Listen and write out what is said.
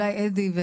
אדי,